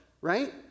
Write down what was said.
right